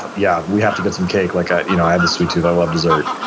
ah yeah, we have to get some cake. like ah you know i have a sweet tooth. i love dessert.